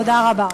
תודה רבה.